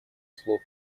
слов